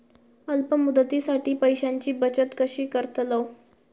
अल्प मुदतीसाठी पैशांची बचत कशी करतलव?